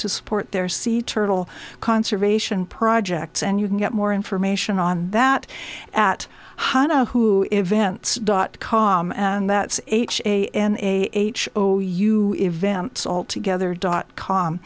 to support their sea turtle conservation projects and you can get more information on that at hunter who events dot com and that h a n a o u events all together dot com